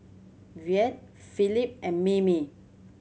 Yvette Felipe and Mimi